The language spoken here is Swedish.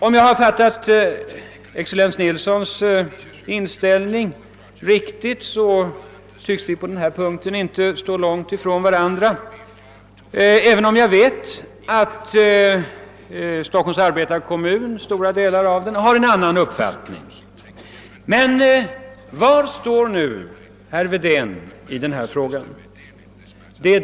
Om jag har fattat excellensen Nilssons inställning rätt tycks vi på denna punkt inte stå långt från varandra — även om jag vet att stora delar av Stockholms arbetarekommun har en annan uppfattning. Men var står nu herr Wedén i denna fråga?